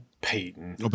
Peyton